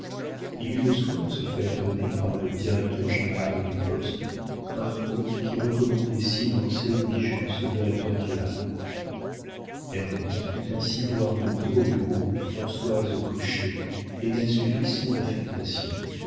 il eut le soin de se faire donner par le directeur-général des postes un mot qui recommandait silence et obligeance au directeur du havre ernest put ainsi voir venir au bureau françoise cochet et la suivit sans affectation